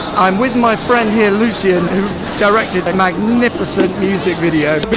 i'm with my friend here, lucien, who directed a magnificent music video.